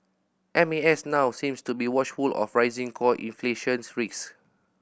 M A S now seems to be watchful of rising core inflation